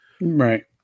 Right